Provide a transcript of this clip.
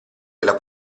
della